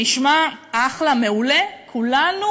נשמע אחלה, מעולה, כולנו.